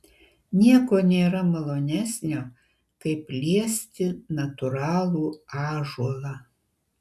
nieko nėra malonesnio kaip liesti natūralų ąžuolą